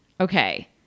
Okay